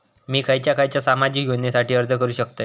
मी खयच्या खयच्या सामाजिक योजनेसाठी अर्ज करू शकतय?